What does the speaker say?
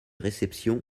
réceptions